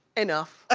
enough. ah